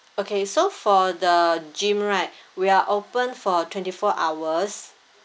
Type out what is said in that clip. okay so for the gym right we are open for twenty four hours